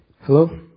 Hello